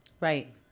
Right